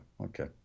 okay